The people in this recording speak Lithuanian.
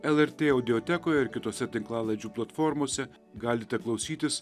lrt audiotekoje ir kitose tinklalaidžių platformose galite klausytis